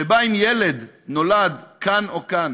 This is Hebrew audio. שבה אם ילד נולד כאן או כאן,